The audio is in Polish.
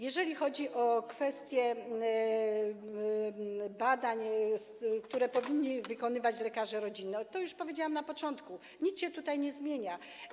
Jeżeli chodzi o kwestię badań, które powinni wykonywać lekarze rodzinni, to już powiedziałam na początku: nic się nie zmienia.